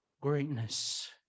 greatness